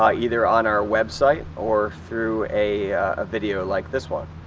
ah either on our website or through a ah video like this one.